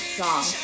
song